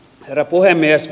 herra puhemies